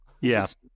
Yes